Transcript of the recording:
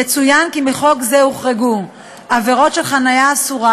יצוין כי מחוק זה הוחרגו עבירות של חניה אסורה